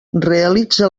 realitza